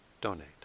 donate